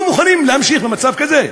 לא מוכנים להמשיך במצב כזה.